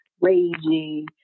raging